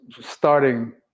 starting